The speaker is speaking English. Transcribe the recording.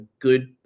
good